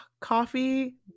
coffee